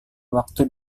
waktu